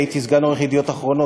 הייתי סגן עורך "ידיעות אחרונות",